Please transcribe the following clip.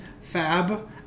FAB